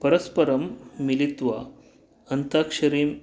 परस्परं मिलित्वा अन्ताक्षरीं